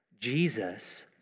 Jesus